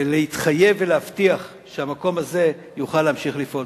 להתחייב ולהבטיח שהמקום הזה יוכל להמשיך לפעול.